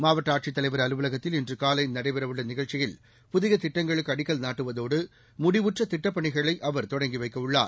மாவட்ட ஆட்சித் தலைவர் அலுவலகத்தில் இன்று காலை நடைபெறவுள்ள நிகழ்ச்சியில் புதிய திட்டங்களுக்கு அடிக்கல் நாட்டுவதோடு முடிவுற்ற திட்டப்பணிகளை அவர் தொடங்கி வைக்கவுள்ளார்